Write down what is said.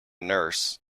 nurse